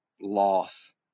loss